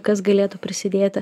kas galėtų prisidėti